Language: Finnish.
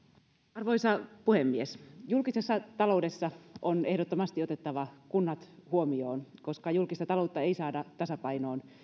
arvoisa puhemies julkisessa taloudessa on ehdottomasti otettava kunnat huomioon koska julkista taloutta ei saada tasapainoon